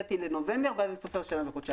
נדחיתי לנובמבר ואז אני סופר חודשיים.